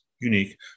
unique